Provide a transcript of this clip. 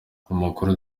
amakuru